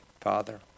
Father